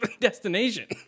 destination